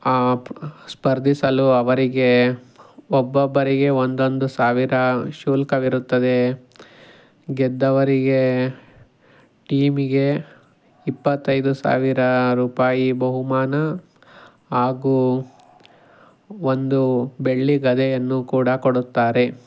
ಸ್ಪರ್ಧಿಸಲು ಅವರಿಗೆ ಒಬ್ಬೊಬ್ಬರಿಗೆ ಒಂದೊಂದು ಸಾವಿರ ಶುಲ್ಕವಿರುತ್ತದೆ ಗೆದ್ದವರಿಗೆ ಟೀಮಿಗೆ ಇಪ್ಪತ್ತೈದು ಸಾವಿರ ರೂಪಾಯಿ ಬಹುಮಾನ ಹಾಗೂ ಒಂದು ಬೆಳ್ಳಿ ಗದೆಯನ್ನು ಕೂಡ ಕೊಡುತ್ತಾರೆ